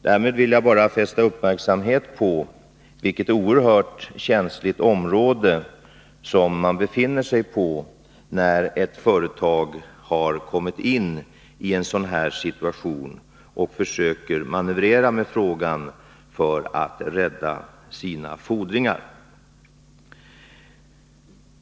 Därmed vill jag fästa uppmärksamheten på vilket oerhört känsligt område man befinner sig på när ett företag har kommit in i en sådan här situation och försöker manövrera med frågan för att rädda sina fordringar.